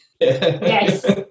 Yes